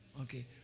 Okay